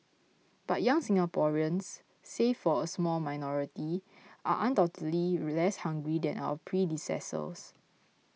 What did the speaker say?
but young Singaporeans save for a small minority are undoubtedly less hungry than our predecessors